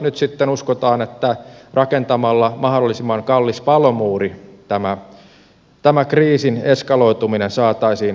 nyt sitten uskotaan että rakentamalla mahdollisimman kallis palomuuri tämä kriisin eskaloituminen saataisiin estettyä